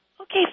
Okay